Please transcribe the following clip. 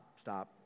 Stop